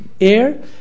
air